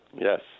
yes